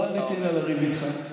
לא עליתי הנה לריב איתך.